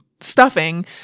stuffing